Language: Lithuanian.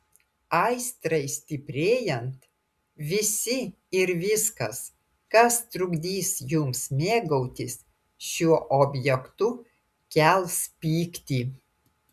aistrai stiprėjant visi ir viskas kas trukdys jums mėgautis šiuo objektu kels pyktį